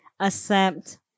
accept